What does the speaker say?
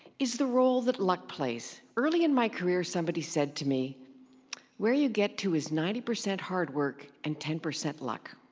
is the role that luck plays. plays. early in my career somebody said to me where you get to is ninety percent hard work and ten percent luck.